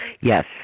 Yes